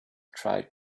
tried